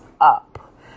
up